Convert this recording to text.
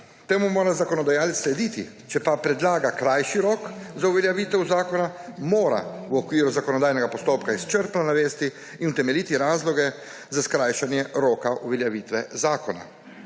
Temu morama zakonodajalec slediti, če pa predlaga krajši rok za uveljavitev zakona, mora v okviru zakonodajnega postopka izčrpno navesti in utemeljiti razloge za skrajšanje roka uveljavitve zakona.